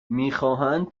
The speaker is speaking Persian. میخواهند